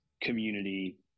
community